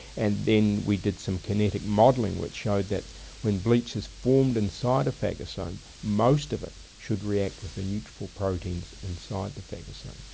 and then we did some kinetic modelling which showed that when bleach is formed inside a phagosome, most of it should react with the neutrophil proteins inside the phagosome.